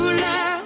love